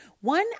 One